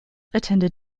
attended